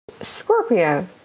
Scorpio